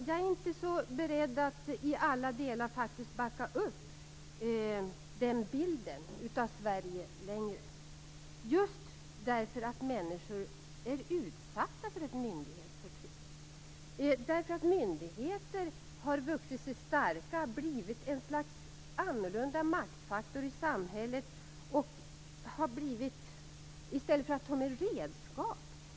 Jag är inte beredd att i alla delar backa upp den bilden av Sverige längre, just därför att människor är utsatta för ett myndighetsförtryck. Myndigheter har vuxit sig starka, blivit en slags annorlunda maktfaktor i samhället i stället för att vara redskap.